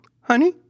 honey